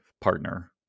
partner